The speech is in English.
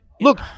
Look